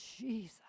Jesus